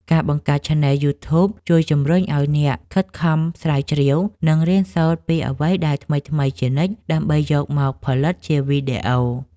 ការបង្កើតឆានែលយូធូប ជួយជម្រុញឱ្យអ្នកខិតខំស្រាវជ្រាវ និងរៀនសូត្រពីអ្វីដែលថ្មីៗជានិច្ច ដើម្បីយកមកផលិតជាវីដេអូ។